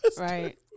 Right